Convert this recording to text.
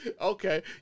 Okay